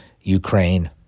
Ukraine